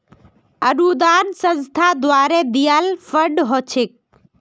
अनुदान संस्था द्वारे दियाल फण्ड ह छेक